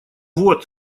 вот